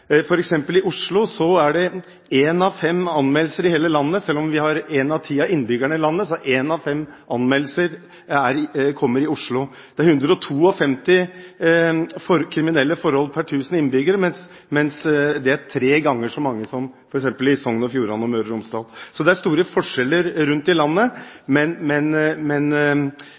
eksempel er Oslo. Selv om Oslo har én av ti av innbyggerne i landet, kommer én av fem anmeldelser her. Det er 152 kriminelle forhold per 1 000 innbyggere – tre ganger så mange som i f.eks. Sogn og Fjordane og Møre og Romsdal. Så det er store forskjeller rundt i landet. Men